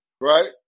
Right